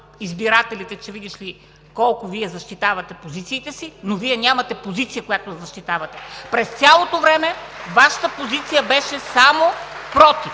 избирателите, видите ли, колко защитавате позициите си, но Вие нямате позиция, която да защитавате. През цялото време Вашата позиция беше само „против“.